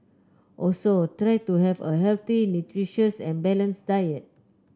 also try to have a healthy nutritious and balanced diet